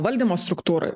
valdymo struktūroj